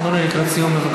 אדוני, לקראת סיום, בבקשה.